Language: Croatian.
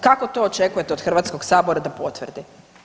Kako to očekujete od HS-a da potvrdi?